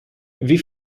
wie